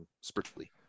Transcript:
spiritually